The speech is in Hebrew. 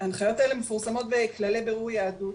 ההנחיות האלה מפורסמת בכללי בירור יהדות.